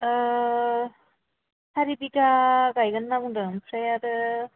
ओ सारि बिगा गायगोन होनना बुंदों ओमफ्राय आरो